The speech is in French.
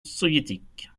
soviétique